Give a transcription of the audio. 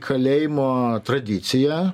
kalėjimo tradicija